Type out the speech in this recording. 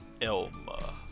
Elma